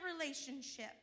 relationship